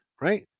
right